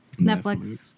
Netflix